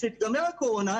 כשתיגמר הקורונה,